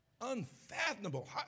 Unfathomable